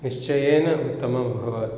निश्चयेन उत्तमम् अभवत्